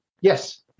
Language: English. Yes